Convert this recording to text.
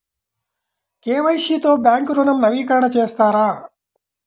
KYC తో bank ఋణం నవీకరణ చేస్తారా?